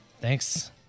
thanks